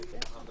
לא